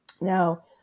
Now